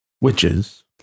Witches